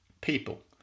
People